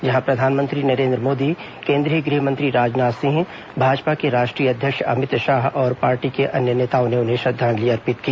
जहां प्रधानमंत्री नरेन्द्र मोदी केंद्रीय गृहमंत्री राजनाथ सिंह भाजपा के राष्ट्रीय अध्यक्ष अमित शाह और पार्टी के अन्य नेताओं ने उन्हें श्रद्धांजलि अर्पित की